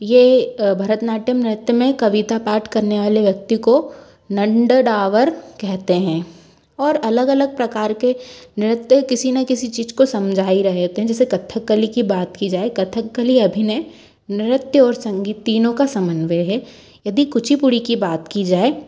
ये भरतनाट्यम नृत्य में कविता पाट करने वाले व्यक्ति को नंडडावर कहते हैं और अलग अलग प्रकार के नृत्य किसी ना किसी चीज़ को समझा रहे होते हैं जैसे कथकली की बात की जाए कथकली अभिनय नृत्य और संगीत तीनों का समन्वय है यदि कुचिपुड़ी की बात की जाए